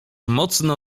mocno